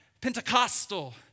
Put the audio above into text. Pentecostal